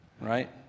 Right